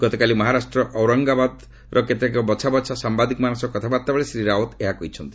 ଗତକାଲି ମହାରାଷ୍ଟ୍ରର ଅରଙ୍ଗାବାଦ୍ରେ କେତେକ ବଛାବଛା ସାମ୍ବାଦିକମାନଙ୍କ ସହ କଥାବାର୍ତ୍ତା ବେଳେ ଶ୍ରୀ ରାଓ୍ୱତ୍ ଏହା କହିଛନ୍ତି